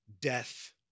death